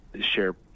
share